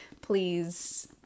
Please